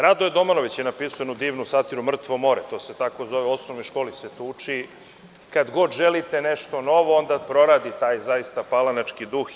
Radoje Domanović je napisao jednu divnu satiru „Mrtvo more“, to se tako zove, u osnovnoj školi se uči, kad god želite nešto novo onda proradi taj zaista palanački duh.